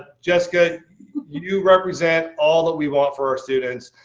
ah jessica you represent all that we want for our students.